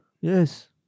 Yes